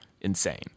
insane